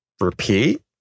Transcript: repeat